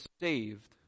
saved